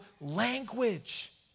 language